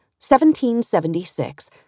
1776